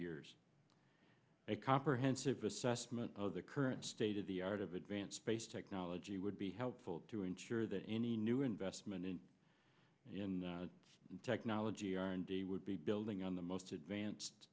years a comprehensive assessment of the current state of the art of advanced space technology would be helpful to ensure that any new investment in technology r and d would be building on the most advanced